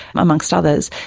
amongst others,